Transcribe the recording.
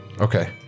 Okay